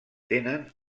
tenen